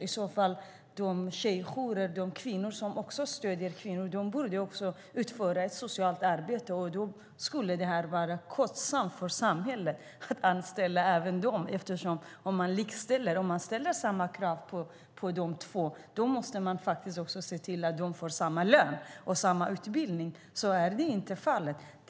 Menar man att tjejjourer och kvinnor som stöder kvinnor också utför ett socialt arbete borde det kosta för samhället att anställa även dem. Om man likställer dem med socialarbetare måste man också se till att de får samma lön och samma utbildning, men så är inte fallet i dag.